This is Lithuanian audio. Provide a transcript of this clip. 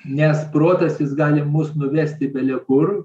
nes protas jis gali mus nuvesti belekur